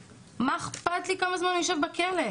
מה אכפת לי כמה זמן הוא יושב בכלא?